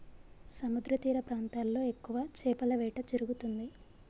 సముద్రతీర ప్రాంతాల్లో ఎక్కువ చేపల వేట జరుగుతుంది